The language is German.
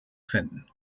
finden